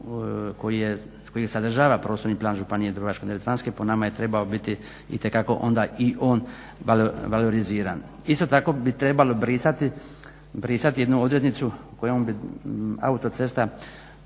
projekt kojeg sadržava Prostorni plan Županije dubrovačko-neretvanske po nama je trebao biti itekako onda i on valoriziran. Isto tako bi trebalo brisati jednu odrednicu kojom bi autocesta